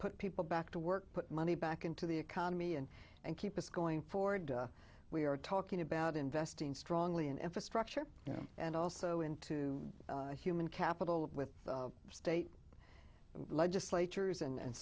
put people back to work put money back into the economy and and keep us going forward we are talking about investing strongly in infrastructure and also into human capital with state legislatures and